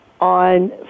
on